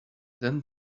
than